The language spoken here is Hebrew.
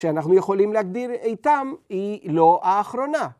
שאנחנו יכולים להגדיר איתם היא לא האחרונה.